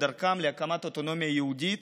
בדרכם להקמת אוטונומיה יהודית